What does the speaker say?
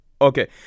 Okay